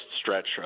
stretch